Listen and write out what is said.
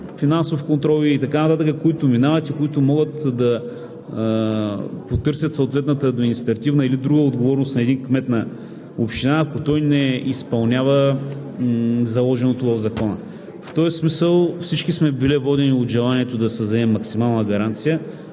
финансов контрол, и така нататък, които минават и които могат да потърсят съответната административна или друга отговорност на един кмет на община, ако той не изпълнява заложеното в Закона. В този смисъл всички сме били водени от желанието да създадем максимална гаранция.